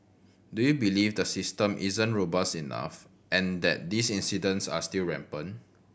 do you believe the system isn't robust enough and that these incidents are still rampant